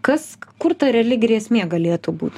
kas kur ta reali grėsmė galėtų būt